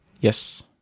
Yes